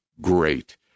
great